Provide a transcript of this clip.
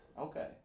Okay